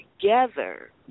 together